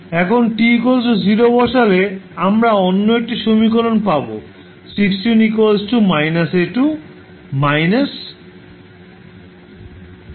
এখন t 0 বসালে আমরা অন্য একটি সমীকরণ পাবো